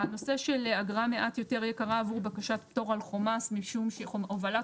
הנושא של אגרה מעט יותר יקרה עבור בקשת פטור על חומ"ס משום שהובלת